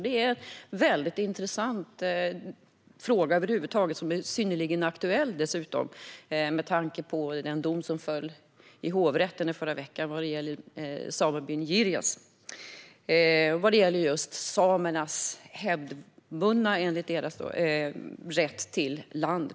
Detta är en väldigt intressant fråga. Den är dessutom synnerligen aktuell, med tanke på den dom som föll i hovrätten i förra veckan angående samebyn Girjas och samernas - enligt dem själva - hävdvunna rätt till land.